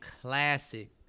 classic